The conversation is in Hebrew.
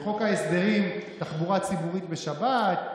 מלכיאלי?